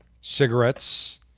cigarettes